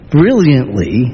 brilliantly